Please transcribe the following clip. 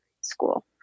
School